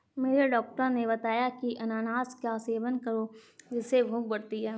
मेरे डॉक्टर ने बताया की अनानास का सेवन करो जिससे भूख बढ़ती है